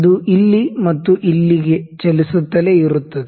ಅದು ಇಲ್ಲಿ ಮತ್ತು ಅಲ್ಲಿಗೆ ಚಲಿಸುತ್ತಲೇ ಇರುತ್ತದೆ